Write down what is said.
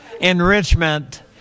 Enrichment